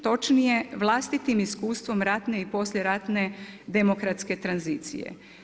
Točnije vlastitim iskustvom ratne i poslijeratne demokratske tranzicije.